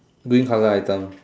green colour item